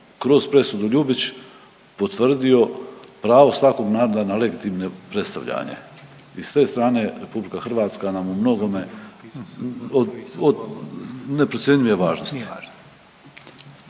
kroz presudu Ljubić potvrdio pravo svakog naroda na legitimno predstavljanje i s te strane RH nam je u mnogome od, od neprocjenjive važnosti.